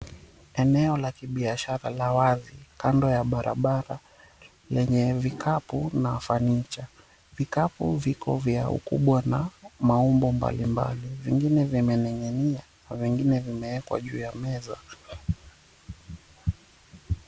Eneo la kibiashara la wazi, kando ya barabara, lenye vikapu na furniture . Vikapu viko vya ukubwa na maumbo mbali mbali, vingine vimening'inia, vingine vimeekwa juu ya meza.